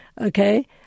Okay